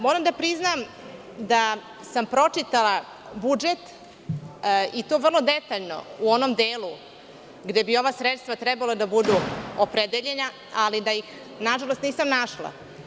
Moram da priznam da sam pročitala budžet, i to vrlo detaljno u onom delu gde bi ova sredstva trebalo da budu opredeljena, ali da ih nažalost, nisam našla.